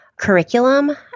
curriculum